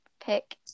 pick